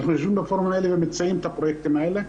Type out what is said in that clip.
אנחנו יושבים בפורומים האלה ומציעים את הפרויקטים הללו,